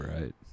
right